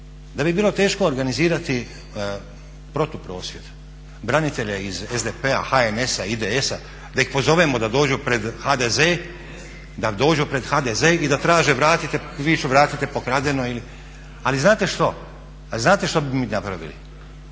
da bi bilo teško organizirati protuprosvjed branitelja iz SDP-a, HNS-a, IDS-a da ih pozovemo da dođu pred HDZ i da traže, viču vratite pokradeno? Ali znate što, znate što bi mi napravili?